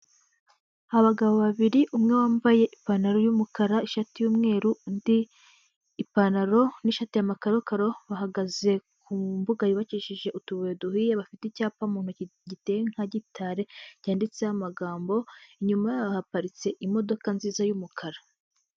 Abagabo babiri umwe wambaye ipantaro y'umukara, ishati y'umweru, undi ipantaro n'ishati ya makarokaro. Bahagaze ku mbuga yubakishije utubuye duhiye. Bafite icyapa mu ntoki giteye nka gitare cyanditseho amagambo. Inyuma yaho haparitse imodoka nziza y'umukara.